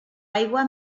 aigua